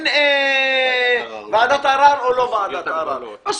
כן ועדת ערר או לא ועדת ערר, כן